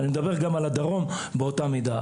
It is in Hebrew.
אני מדבר גם על הדרום באותה מידה.